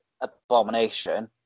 abomination